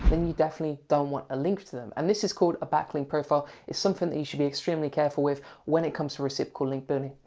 then you definitely don't want a link to them. and this is called backlink profile, it's something that you should be extremely careful with when it comes to reciprocal link building. you